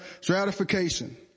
Stratification